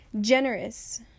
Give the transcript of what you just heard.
generous